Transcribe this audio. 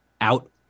out